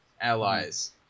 allies